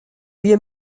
wir